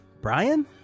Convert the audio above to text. Brian